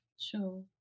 Sure